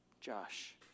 Josh